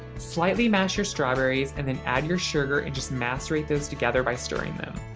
slightly mash your strawberries and then add your sugar and just macerate those together by stirring them.